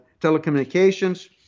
telecommunications